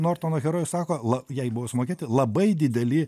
nortono herojus sako la jai buvo sumokėti labai dideli